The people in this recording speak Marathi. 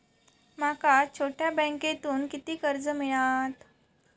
माका छोट्या बँकेतून किती कर्ज मिळात?